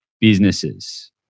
businesses